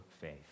faith